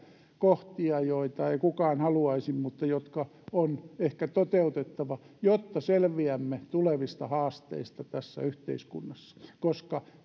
kohtia joita ei kukaan haluaisi mutta jotka on ehkä toteutettava jotta selviämme tulevista haasteista tässä yhteiskunnassa koska